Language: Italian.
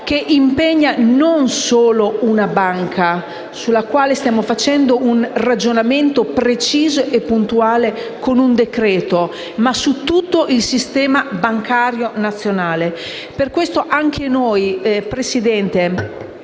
che riguarda non solo la banca sulla quale stiamo facendo un ragionamento preciso e puntuale con un decreto, ma tutto il sistema bancario nazionale. Per questo anche noi, signor